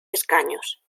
escaños